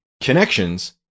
Connections